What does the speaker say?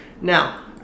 Now